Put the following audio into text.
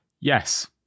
Yes